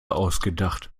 ausgedacht